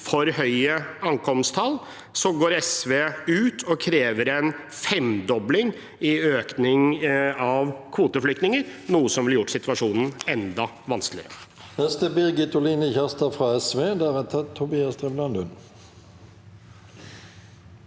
for høye ankomsttall – går ut og krever en femdobling av antall kvoteflyktninger, noe som ville gjort situasjonen enda vanskeligere.